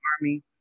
army